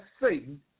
Satan